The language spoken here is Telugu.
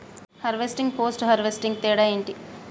హార్వెస్టింగ్, పోస్ట్ హార్వెస్టింగ్ తేడా ఏంటి?